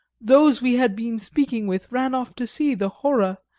those we had been speaking with ran off to see the horror,